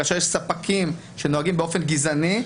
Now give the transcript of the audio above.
כאשר יש ספקים שנוהגים באופן גזעני.